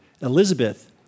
Elizabeth